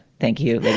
thank you.